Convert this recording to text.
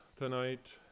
tonight